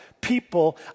people